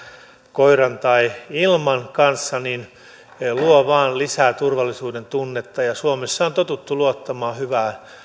koiran kanssa tai ilman luo vain lisää turvallisuuden tunnetta ja suomessa on totuttu luottamaan hyvään